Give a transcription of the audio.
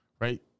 right